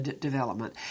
development